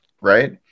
right